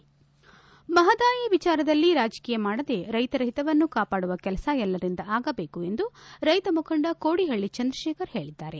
ಪಿಟಿಸಿದುನ್ನಾರ್ರೆಂಜಾನಬೀ ಮಹದಾಯಿ ವಿಚಾರದಲ್ಲಿ ರಾಜಕೀಯ ಮಾಡದೆ ರೈತರ ಹಿತವನ್ನು ಕಾಪಾಡುವ ಕೆಲಸ ಎಲ್ಲರಿಂದ ಆಗಬೇಕು ಎಂದು ರೈತ ಮುಖಂಡ ಕೋಡಿಹಳ್ಳ ಚಂದ್ರಶೇಖರ್ ಹೇಳಿದ್ದಾರೆ